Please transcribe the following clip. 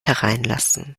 hereinlassen